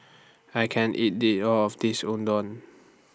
I can't eat They All of This Unadon